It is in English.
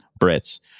Brits